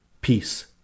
Peace